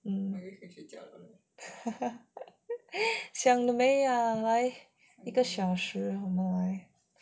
mm 想得美 ah 还有一个小时